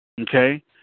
Okay